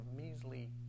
measly